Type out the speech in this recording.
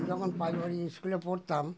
যখন প্রাইমারি স্কুলে পড়তাম